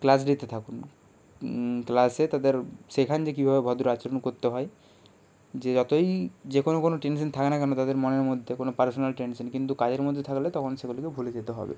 class দিতে থাকুন ক্লাসে তাদের শেখান যে কীভাবে ভদ্র আচরণ করতে হয় যে যতই যে কোনো কোনো টেনশন থাক না কেন তাদের মনের মধ্যে কোনো পার্সোনাল টেনশন কিন্তু কাজের মধ্যে থাকলে তখন সেগুলোকে ভুলে যেতে হবে